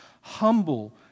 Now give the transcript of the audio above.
Humble